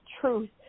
truth